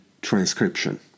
transcription